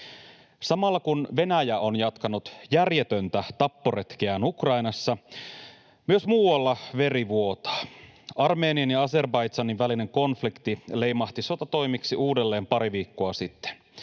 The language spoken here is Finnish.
Samalla, kun Venäjä on jatkanut järjetöntä tapporetkeään Ukrainassa, myös muualla veri vuotaa. Armenian ja Azerbaidžanin välinen konflikti leimahti sotatoimiksi uudelleen pari viikkoa sitten.